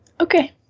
Okay